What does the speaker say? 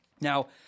Now